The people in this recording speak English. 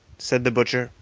said the butcher,